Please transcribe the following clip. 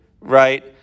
right